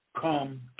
come